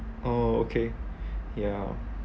oh okay ya